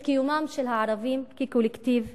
את קיומם של הערבים כקולקטיב לאומי.